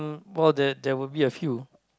about that there will be a few